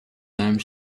time